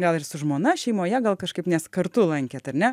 gal ir su žmona šeimoje gal kažkaip nes kartu lankėt ar ne